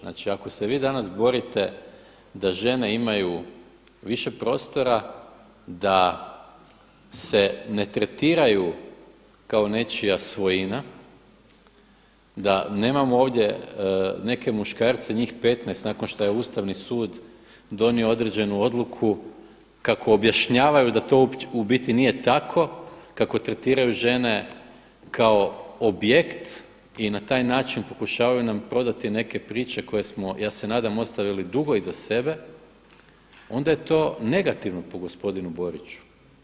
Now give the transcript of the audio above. Znači ako se vi danas borite da žene imaju više prostora, da se ne tretiraju kao nečija svojina, da nemamo ovdje neke muškarce njih 15 nakon što je Ustavni sud donio određenu odluku kako objašnjavaju da to u biti nije tako, kako tretiraju žene kao objekt i na taj način pokušavaju nam prodati neke priče koje smo, ja se nadam, ostavili dugo iza sebe, onda je to negativno po gospodinu Boriću.